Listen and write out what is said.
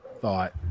thought